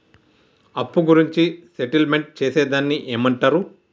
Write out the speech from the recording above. అప్పు గురించి సెటిల్మెంట్ చేసేదాన్ని ఏమంటరు?